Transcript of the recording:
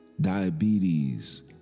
Diabetes